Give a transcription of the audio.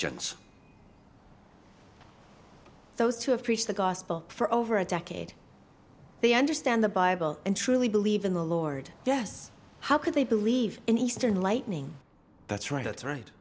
ions those who have preached the gospel for over a decade they understand the bible and truly believe in the lord yes how could they believe in eastern lightning that's right that's right